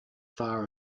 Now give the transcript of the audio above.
far